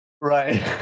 Right